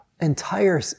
entire